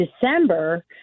December